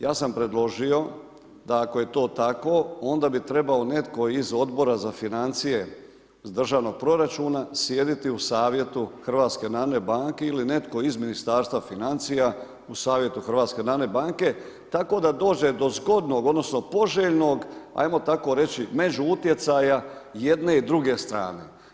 Ja sam predložio da ako je to tako, onda bi trebao netko iz Odbora za financije iz državnog proračuna, sjediti u Savjetu HNB-a ili netko iz Ministarstva financija u Savjetu HNB-a, tako da dođe do zgodnog odnosno poželjnog, ajmo tako reći, među utjecaja, jedne i druge strane.